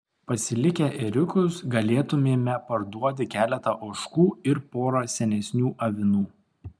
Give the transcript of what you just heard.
pasilikę ėriukus galėtumėme parduoti keletą ožkų ir porą senesnių avinų